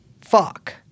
fuck